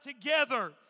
together